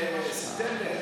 אנחנו בספטמבר.